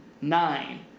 nine